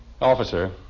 Officer